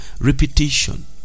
repetition